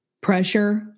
pressure